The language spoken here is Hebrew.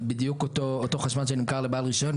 בדיוק אותו חשמל שנמכר לבעל רישיון,